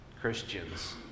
Christians